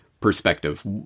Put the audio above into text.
perspective